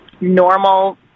normal